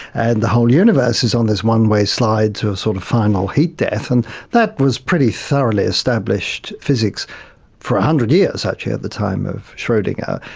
and the whole universe is on this one-way slide to sort of final heat death, and that was pretty thoroughly established physics for one hundred years actually at the time of schrodinger.